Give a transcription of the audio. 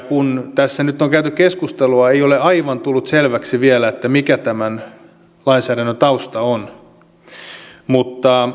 kun tässä nyt on käyty keskustelua ei ole aivan tullut selväksi vielä mikä tämän lainsäädännön tausta on